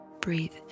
Breathe